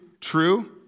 true